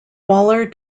waller